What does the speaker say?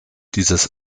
dieses